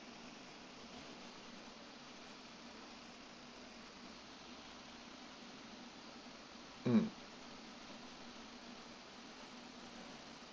um